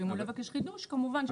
ואם הוא לא יבקש חידוש, כמובן שלא.